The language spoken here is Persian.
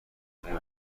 دنیایی